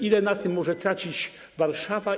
Ile na tym może tracić Warszawa?